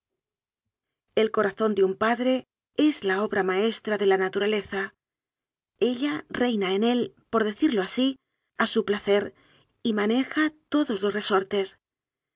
el corazón de un padre es la obra maestra de la naturaleza ella reina en él por decirlo así a su placer y maneja todos los resortes